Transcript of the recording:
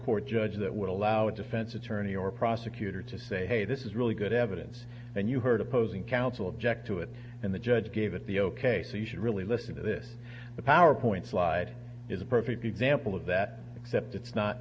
court judge that would allow a defense attorney or prosecutor to say hey this is really good evidence and you heard opposing counsel object to it and the judge gave it the ok so you should really listen to this the powerpoint slide is a perfect example of that except it's not